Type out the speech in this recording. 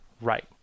right